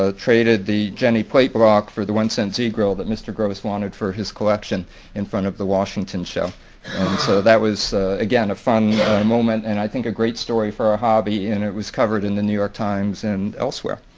ah traded the jennie plate block for the one cent z-grill that mr. gross wanted for his collection in front of the washington show. and so that was again a fun moment and i think a great story for our hobby and it was covered in the new york times and elsewhere.